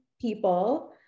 people